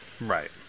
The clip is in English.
Right